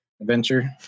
Adventure